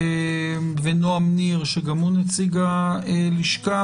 ונועם ניר שגם הוא נציג הלשכה.